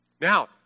Now